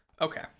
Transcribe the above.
Okay